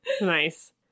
Nice